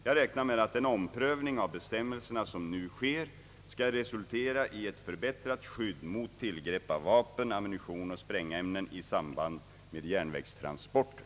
Jag räknar med att den omprövning av bestämmelserna som nu sker skall resultera i ett förbättrat skydd mot tillgrepp av vapen, ammunition och sprängämnen i samband med järnvägstransporter.